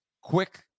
quick